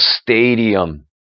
Stadium